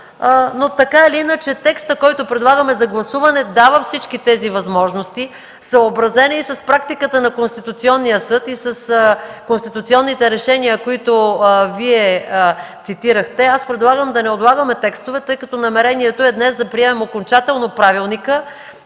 Така или иначе текстът, който предлагаме за гласуване, дава всички тези възможности, съобразени с практиката на Конституционния съд и с конституционните решения, които Вие цитирахте. Аз предлагам да не отлагаме текстове, тъй като намерението е днес да приемем окончателно Правилника.